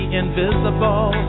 invisible